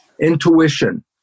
Intuition